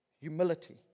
Humility